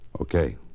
Okay